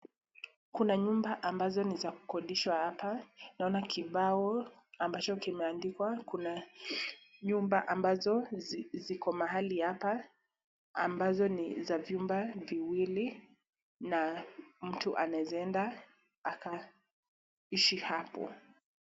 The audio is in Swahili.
Kuna nyumba ambazo ni za kukodishwa hapa. Naona kibao ambacho kimeandikwa kuna nyumba ambazo ziko mahali hapa ambazo ni za vyumba viwili na mtu anaeza enda akaishi hapo.